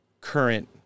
current